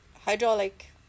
Hydraulic